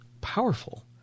powerful